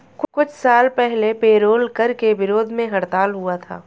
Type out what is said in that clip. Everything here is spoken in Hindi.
कुछ साल पहले पेरोल कर के विरोध में हड़ताल हुआ था